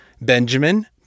Benjamin